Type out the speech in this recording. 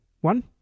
One